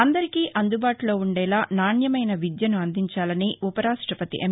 అందరికీ అందుబాటులో ఉండేలా నాణ్యమైన విద్యను అందించాలని ఉపరాష్టపతి ఎమ్